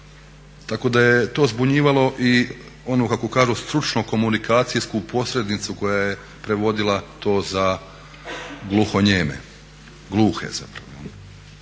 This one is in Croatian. tako da je to zbunjivalo i onu kako kažu stručnu komunikacijsku posrednicu koja je prevodila to za gluhonijeme, gluhe zapravo.